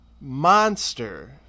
monster